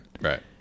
Right